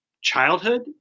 childhood